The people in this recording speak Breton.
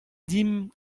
dimp